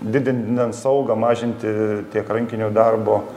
didinant saugą mažinti tiek rankinio darbo